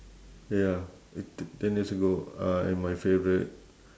ya i~ t~ ten years ago uh and my favourite